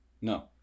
No